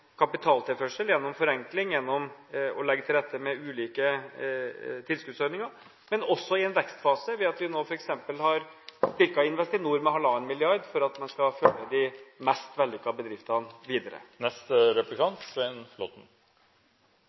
kapitaltilførsel, gjennom forenkling og gjennom å legge til rette for ulike tilskuddsordninger, men at vi også i en vekstfase nå f.eks. har styrket Investinor med 1,5 mrd. kr, slik at man skal følge de mest vellykkede bedriftene videre.